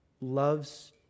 loves